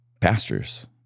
pastors